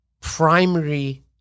primary